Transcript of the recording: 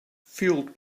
fueled